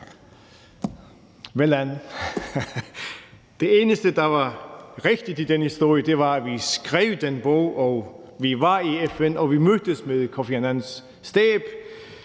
Velan, det eneste, der var rigtigt i denne historie, var, at vi skrev den bog, at vi var i FN, og at vi mødtes med Kofi Annans stab.